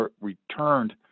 returned